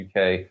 UK